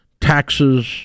Taxes